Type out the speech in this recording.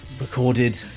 recorded